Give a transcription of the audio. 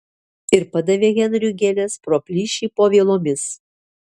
ir padavė henriui gėles pro plyšį po vielomis